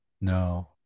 No